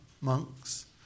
monks